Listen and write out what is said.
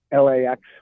LAX